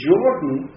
Jordan